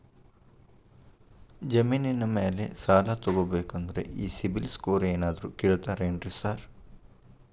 ಜಮೇನಿನ ಮ್ಯಾಲೆ ಸಾಲ ತಗಬೇಕಂದ್ರೆ ಈ ಸಿಬಿಲ್ ಸ್ಕೋರ್ ಏನಾದ್ರ ಕೇಳ್ತಾರ್ ಏನ್ರಿ ಸಾರ್?